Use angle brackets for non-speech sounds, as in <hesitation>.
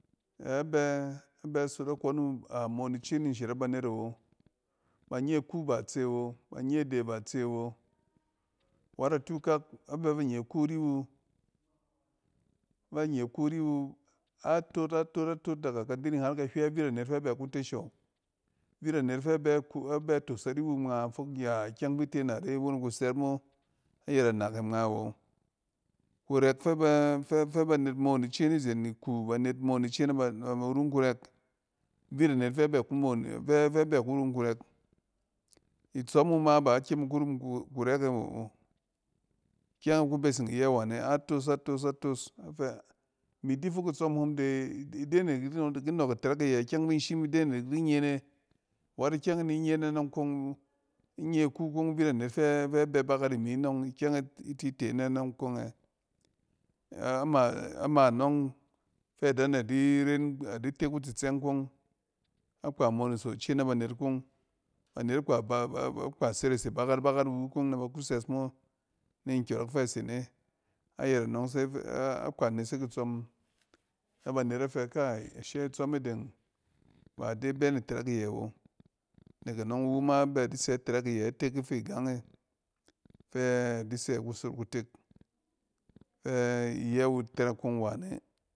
A bɛ-a bɛ sot akↄn wu a moon kw ni shɛrɛp banet awo, bat se wo, wɛt atuk kak, ba bɛ b aba nye iku ariwu, ban ye ku riwu, a tot, a tot daga kɛdiding har kahywe vita net fɛ bɛ ku te show, vita net fɛ bɛ ku-abɛ tos ariwu ngma fok ya ikyɛng fi ten a re won in ku sɛɛt mo ayɛt anake ngma wo. kurɛk fɛ ba-fɛ banet moon ice ni zen iku, banet moon ice nɛ-nɛ ba rung kurɛk vita net fɛ bɛ ku moon, fɛ bɛ ku rung kurɛk. itsↄm wu ma ba ikyem ku rung kurɛk e ↄng awo. I kyɛng e ku beseng iyɛ wane, atoos, atoos, atoos, a fɛ imi di fok itsↄm hom de-ide ne idi ki nↄↄk itɛrɛk iyɛ, ikyɛng fi in shim ide ne idi ki nye ne, wɛt ikyɛng e ni nye nɛ nↄng kong in nye ku kong vita net ↄng fɛ-fɛ bɛ bakat ni mi nↄng ikyɛng e tit e nɛ nↄng kong ɛ? Ama-ama anↄng fɛ da nɛ di ren a di te kutsitsɛng kong. Akpa monoso ice na banet kong, banet kpa <unintelligible> kpa serese bakat bakat ni wu kong nɛ ba ku sɛs mo ni nkyↄrↄk fɛ se ne. Ayɛt anↄng se <hesitation> akpa nesek itsↄm nɛ banet afɛ kai, ashe itsↄm e deng ba ide bɛ ni tɛrɛk iyɛ awo. Nek anↄng iwu ma bɛ di sɛ itɛrɛk iyɛ itek ifi gang e fɛ adi sɛ kusot kutek fɛ iyɛ wu tɛrɛk kong wane